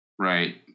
Right